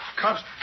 cops